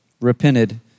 repented